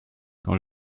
quand